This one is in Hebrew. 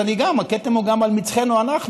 הכתם הוא גם על מצחנו שלנו.